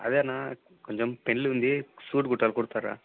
అదే అన్న కొంచెం పెళ్ళి ఉంది సూట్ కుట్టాలి కుడతరా